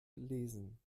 lesen